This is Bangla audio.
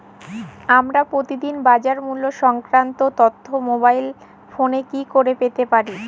আমরা প্রতিদিন বাজার মূল্য সংক্রান্ত তথ্য মোবাইল ফোনে কি করে পেতে পারি?